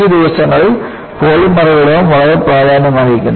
ഈ ദിവസങ്ങളിൽ പോളിമറുകളും വളരെ പ്രാധാന്യമർഹിക്കുന്നു